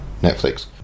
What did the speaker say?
Netflix